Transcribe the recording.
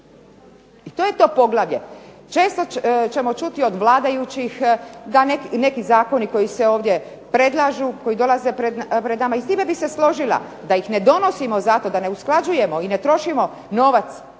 I to je to poglavlje. Često ćemo čuti od vladajućih da neki zakoni koji se ovdje predlažu, koji dolaze pred nama i s time bih se složila da ih ne donosimo zato, da ne usklađujemo i ne trošimo novac